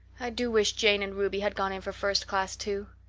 i do wish jane and ruby had gone in for first class, too.